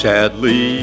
Sadly